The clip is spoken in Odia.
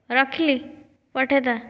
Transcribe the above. ରଖିଲି ପଠାଇଦା